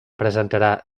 presentarà